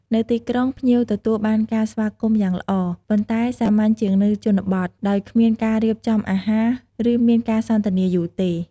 នៅទីក្រុង ភ្ញៀវទទួលបានការស្វាគមន៍យ៉ាងល្អ ប៉ុន្តែសាមញ្ញជាងនៅជនបទ ដោយគ្មានការរៀបចំអាហារ ឬមានការសន្ទនាយូរទេ។